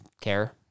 care